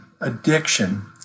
addiction